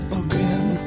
again